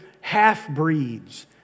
half-breeds